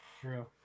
True